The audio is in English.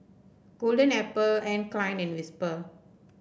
Golden apple Anne Klein and Whisper